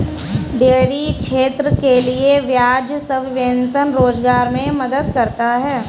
dairy क्षेत्र के लिये ब्याज सबवेंशन रोजगार मे मदद करता है